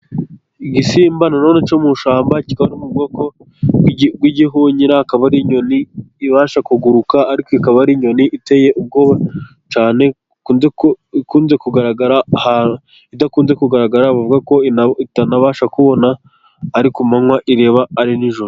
Igisimba na none cyo mu ishyamba kiba mu bwoko bw'igihunyira, akaba ari inyoni ibasha kuguruka, ariko ikaba ari inyoni iteye ubwoba cyane, ikunze kugaragara ahantu, idakunze kugaragara, bavuga ko itanabasha kubona ari ku manywa, ireba ari nijoro